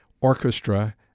Orchestra